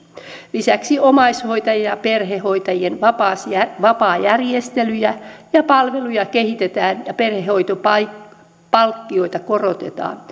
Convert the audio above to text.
lisäksi omaishoitajien ja perhehoitajien vapaajärjestelyjä ja palveluja kehitetään ja perhehoitopalkkioita korotetaan